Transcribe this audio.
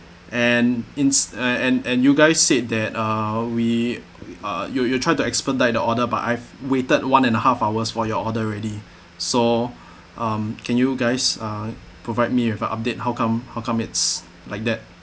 and ins~ and and you guys said that uh we uh you'll you'll try to expedite the order but I've waited one and a half hours for your order already so um can you guys uh provide me with a update how come how come it's like that